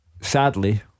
sadly